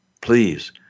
Please